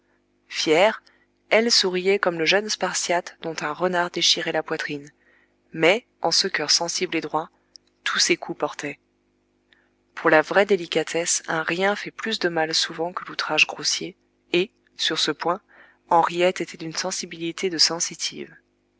fière elle souriait comme le jeune spartiate dont un renard déchirait la poitrine mais en ce cœur sensible et droit tous ces coups portaient pour la vraie délicatesse un rien fait plus de mal souvent que l'outrage grossier et sur ce point henriette était d'une sensibilité de sensitive